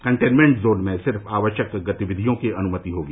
containment zone में सिर्फ आवश्यक गतिविधियों की अनुमति होगी